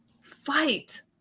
fight